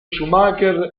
schumacher